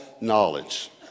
knowledge